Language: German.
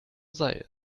sei